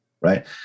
Right